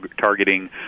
targeting